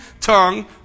tongue